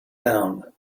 down